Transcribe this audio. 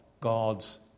God's